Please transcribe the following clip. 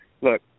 look